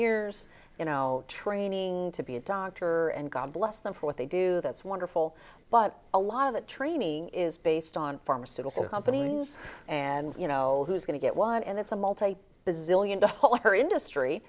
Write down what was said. years you know training to be a doctor and god bless them for what they do that's wonderful but a lot of that training is based on pharmaceutical companies and you know who's going to get one and that's a multi bazillion dollar industry